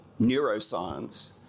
neuroscience